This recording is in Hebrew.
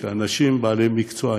שאנשים בעלי מקצוע,